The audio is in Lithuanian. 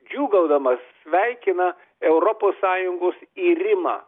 džiūgaudamas sveikina europos sąjungos irimą